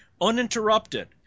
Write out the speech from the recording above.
uninterrupted